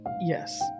Yes